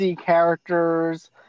characters